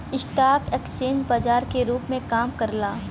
stock exchange बाजार के रूप में काम करला